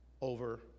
over